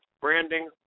branding